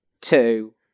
two